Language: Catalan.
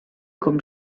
com